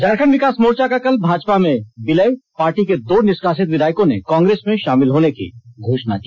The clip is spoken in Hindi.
झारखंड विकास मोर्चा का कल भाजपा में विलय पार्टी के दो निष्कासित विधायकों ने कांग्रेस में शामिल होने की घोषणा की